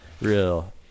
real